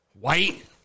White